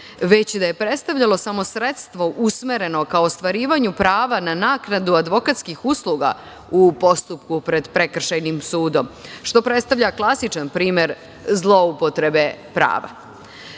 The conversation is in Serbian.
već da je predstavljalo samo sredstvo usmereno ka ostvarivanju prava na naknadu advokatskih usluga u postupku pred Prekršajnim sudom što predstavlja klasičan primer zloupotrebe prava. Nema